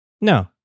No